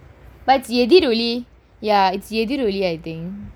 Ethiroli ya it's எதிரொலி:ethiroli I think